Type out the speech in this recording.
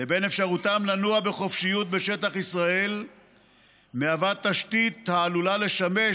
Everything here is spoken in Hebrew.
ובין אפשרותם לנוע בחופשיות בשטח ישראל מהווה תשתית העלולה לשמש,